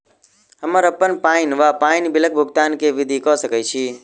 हम्मर अप्पन पानि वा पानि बिलक भुगतान केँ विधि कऽ सकय छी?